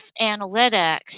analytics